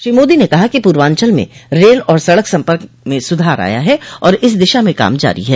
श्री मोदी ने कहा कि पूर्वांचल में रेल और सड़क सम्पर्क में सुधार आया है और इस दिशा में काम जारी है